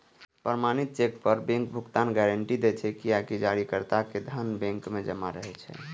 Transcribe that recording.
प्रमाणित चेक पर बैंक भुगतानक गारंटी दै छै, कियैकि जारीकर्ता के धन बैंक मे जमा रहै छै